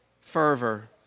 fervor